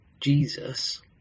Jesus